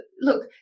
look